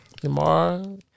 tomorrow